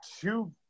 two